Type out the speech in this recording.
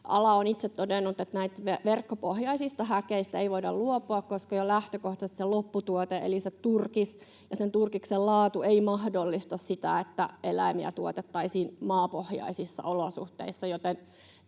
ala on itse todennut, että verkkopohjaisista häkeistä ei voida luopua, koska jo lähtökohtaisesti lopputuote eli turkis ja turkiksen laatu ei mahdollista sitä, että eläimiä tuotettaisiin maapohjaisissa olosuhteissa,